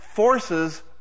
forces